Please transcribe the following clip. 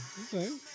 Okay